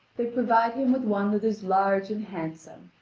they provide him with one that is large and handsome,